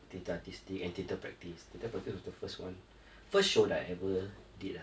theatre artistic and theatre practice theatre practice was the first one first show that I ever did ah